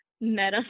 meta